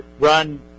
run